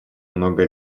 много